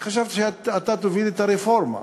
חשבתי שאתה תוביל את הרפורמה.